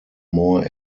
more